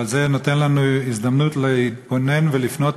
אבל זה נותן לנו הזדמנות להתבונן ולפנות